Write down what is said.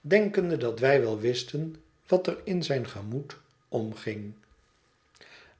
denkende dat wij wel wisten wat er in zijn gemoed omging